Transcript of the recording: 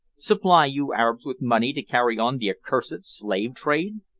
supply you arabs with money to carry on the accursed slave-trade?